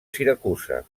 siracusa